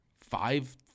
five